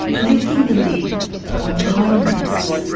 lifting the lid on loneliness.